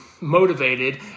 motivated